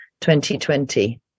2020